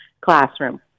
classroom